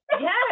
yes